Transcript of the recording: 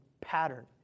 pattern